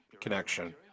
connection